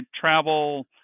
travel